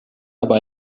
aber